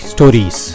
Stories